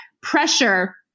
pressure